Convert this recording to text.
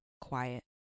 quiet